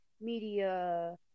media